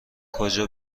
کجا